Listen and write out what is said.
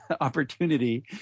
opportunity